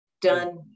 done